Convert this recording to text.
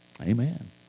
Amen